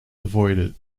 avoided